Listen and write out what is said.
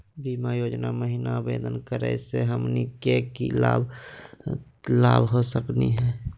बीमा योजना महिना आवेदन करै स हमनी के की की लाभ हो सकनी हे?